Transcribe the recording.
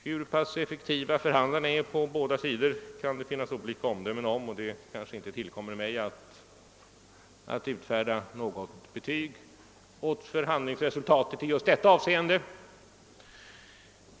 Hur pass effektiva förhandlarna är på båda sidor kan det finnas olika omdömen om, och det tillkommer kanske inte mig att utfärda något betyg beträffande förhanlingsresultatet i just detta avseende.